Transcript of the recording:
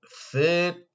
third